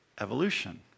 evolution